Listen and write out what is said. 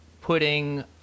putting